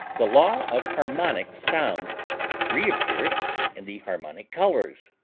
the law of harmonic sounds reappears in the harmonic colors.